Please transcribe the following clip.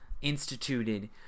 instituted